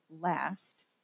last